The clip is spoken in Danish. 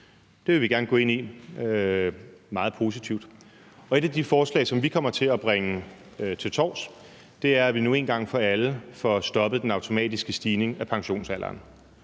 Det vil vi gerne gå meget positivt ind i. Et af de forslag, som vi kommer til at bringe til torvs, er, at vi nu en gang for alle får stoppet den automatiske stigning af pensionsalderen.